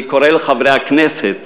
אני קורא לחברי הכנסת